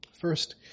First